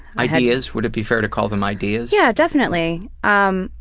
ideas? would it be fair to call them ideas? yeah, definitely. um